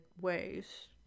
ways